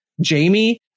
jamie